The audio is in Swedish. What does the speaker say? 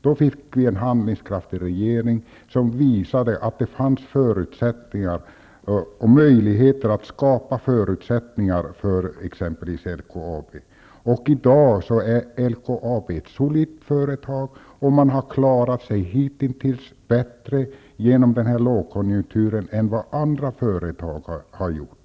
Då fick vi en handlingskraftig regering som visade att det fanns förutsättningar och möjligheter att skapa förutsättningar för t.ex. LKAB. I dag är LKAB ett solitt företag. Man har hitintills klarat sig bättre genom lågkonjunkturen än vad andra företag har gjort.